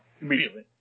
Immediately